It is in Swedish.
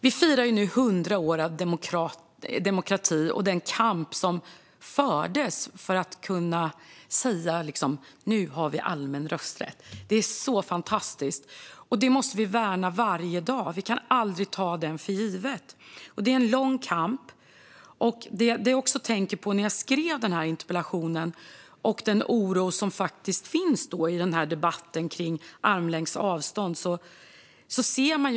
Vi firar nu 100 år av demokrati och den kamp som fördes för att vi skulle kunna säga: Nu har vi allmän rösträtt. Det är fantastiskt, och det måste vi värna varje dag. Vi kan aldrig ta det för givet. Det är en lång kamp. När jag skrev denna interpellation tänkte jag på den oro som faktiskt finns i debatten kring armlängds avstånd. Man ser kulturens makt.